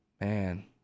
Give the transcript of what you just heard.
Man